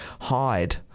hide